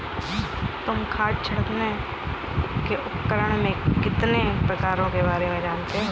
तुम खाद छिड़कने के उपकरण के कितने प्रकारों के बारे में जानते हो?